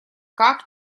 как